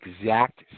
exact